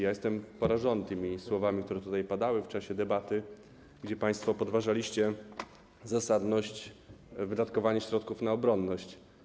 Jestem porażony tymi słowami, które tutaj padały w czasie debaty, kiedy państwo podważaliście zasadność wydatkowania środków na obronność.